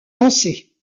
lancée